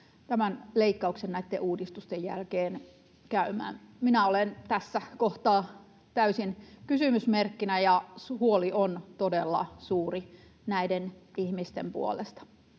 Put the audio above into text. tämän leikkauksen, näitten uudistusten jälkeen käymään? Minä olen tässä kohtaa täysin kysymysmerkkinä, ja huoli on todella suuri näiden ihmisten puolesta.